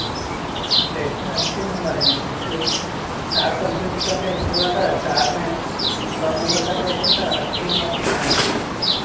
हाँ टेस्ट में अच्छे नंबर आए हैं उसके चार सब्जेक्ट का टेस्ट हुआ था चार में सौ नंबर का टेस्ट था अच्छे मार्क्स आए हैं